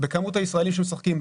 בכמות הישראלים שמשחקים,